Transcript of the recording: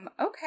Okay